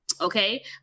Okay